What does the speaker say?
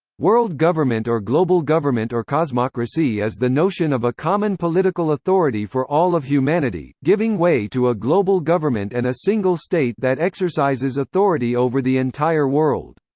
world government or global government or cosmocracy is the notion of a common political authority for all of humanity, giving way to a global government and a single state that exercises authority over the entire world.